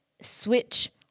Switch